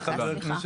חברי,